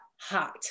hot